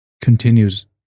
continues